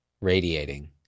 radiating